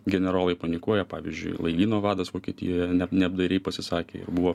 generolai panikuoja pavyzdžiui laivyno vadas vokietijoje neapdairiai pasisakė ir buvo